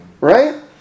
right